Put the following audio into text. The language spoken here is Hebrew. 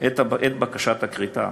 של בקשת הכריתה,